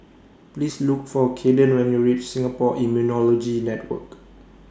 Please Look For Caden when YOU REACH Singapore Immunology Network